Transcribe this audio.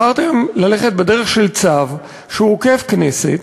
בחרתם ללכת בדרך של צו שהוא עוקף-כנסת.